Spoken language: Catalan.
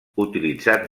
utilitzats